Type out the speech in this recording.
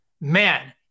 man